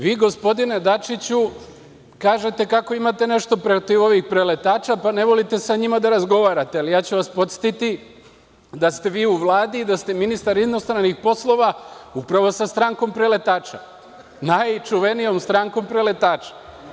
Vi, gospodine Dačiću, kažete kako imate nešto protiv ovih preletača, pa ne volite sa njima da razgovarate, ali ja ću vas podsetiti da ste vi u Vladi, da ste ministar inostranih poslova upravo sa strankom preletača, najčuvenijom strankom preletača.